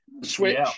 Switch